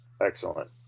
excellent